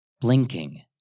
blinking